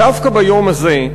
דווקא ביום הזה,